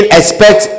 expect